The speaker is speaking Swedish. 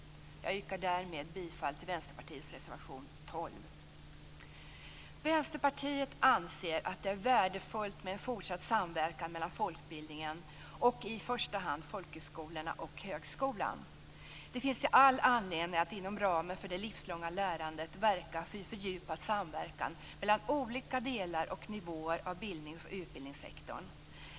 Jag yrkar därmed bifall till Vänsterpartiets reservation 12. Vänsterpartiet anser att det är värdefullt med en fortsatt samverkan mellan folkbildningen, i första hand folkhögskolorna, och högskolan. Det finns all anledning att inom ramen för det livslånga lärandet verka för fördjupad samverkan mellan olika delar och nivåer i bildnings och utbildningssektorn.